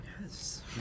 Yes